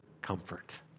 comfort